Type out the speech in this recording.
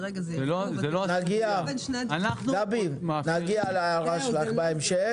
גבי, עוד נגיע להערה שלך בהמשך.